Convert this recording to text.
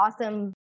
awesome